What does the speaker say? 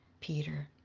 peter